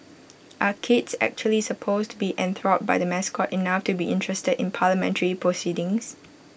are kids actually supposed to be enthralled by the mascot enough to be interested in parliamentary proceedings